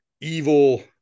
evil